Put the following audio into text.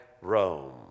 Rome